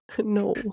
no